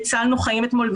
הצלנו חיים אתמול',